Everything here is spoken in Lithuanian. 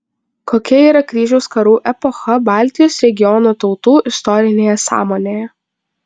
kokia yra kryžiaus karų epocha baltijos regiono tautų istorinėje sąmonėje